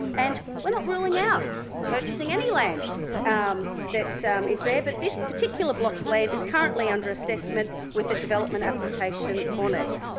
and we're not ruling out purchasing any land um that so um is there, but this particular block of land is currently under assessment with a development application on it.